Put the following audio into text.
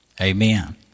Amen